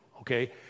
okay